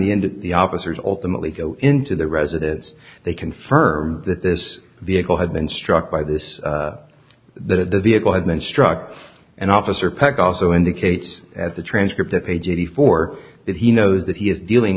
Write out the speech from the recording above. the end the officers ultimately go into the residence they confirmed that this vehicle had been struck by this that it does vehicle had been struck and officer peck also indicates as a transcript of page eighty four that he knows that he is dealing